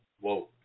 Whoa